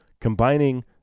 combining